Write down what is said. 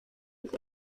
ich